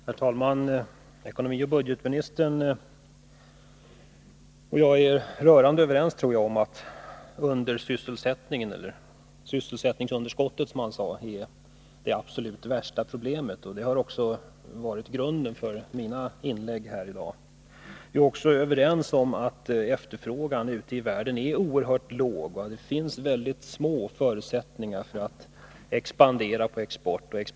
Herr talman! Jag tror att ekonomioch budgetministern och jag är rörande överens om att undersysselsättningen — eller sysselsättningsunderskottet, som Kjell-Olof Feldt sade — är det absolut värsta problemet. Det har också varit grunden för mina inlägg här i dag. Vi är också överens om att efterfrågan ute i världen är oerhört låg. Det finns väldigt små förutsättningar för expansion på exportmarknaden.